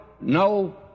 no